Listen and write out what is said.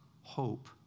hope